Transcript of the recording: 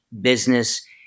business